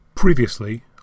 Previously